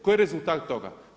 Koji je rezultat toga?